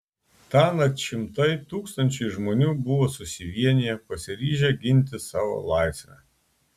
tąnakt šimtai tūkstančiai žmonių buvo susivieniję pasiryžę ginti savo laisvę